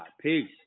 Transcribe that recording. Peace